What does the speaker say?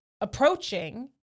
approaching